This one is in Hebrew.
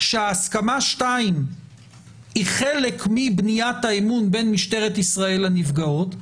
שהסכמה שתיים היא חלק מבניית האמון בין משטרת ישראל לנפגעות,